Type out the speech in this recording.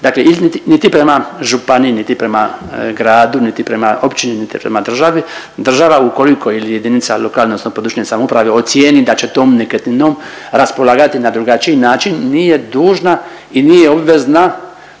se niti prema županiji, niti prema gradu, niti prema općini, niti prema državi, država ukoliko ili jedinica lokalne odnosno područje samouprave ocijeni da će tom nekretninom raspolagati na drugačiji način nije dužna i nije obvezna